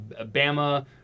Bama